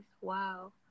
Wow